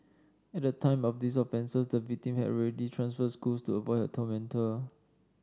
at the time of these offences the victim had already transferred schools to avoid tormentor